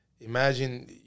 imagine